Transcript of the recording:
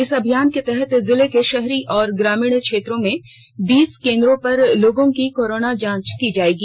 इस अभियान के तहत जिले के शहरी और ग्रामीण क्षेत्रों में बीस केन्द्रों पर लोगों की कोरोना जांच की जाएगी